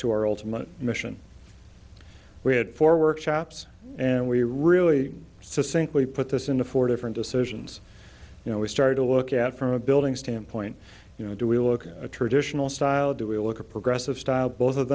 ultimate mission we had four workshops and we really sink we put this into four different decisions you know we started to look at from a building standpoint you know do we look at a traditional style do we look a progressive style both of